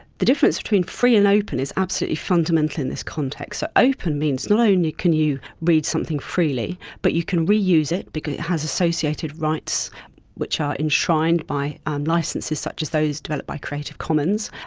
the difference between free and open is absolutely fundamental in this context. so open means not only can you read something freely but you can reuse it because it has associated rights which are enshrined by um licences such as those developed by creative commons.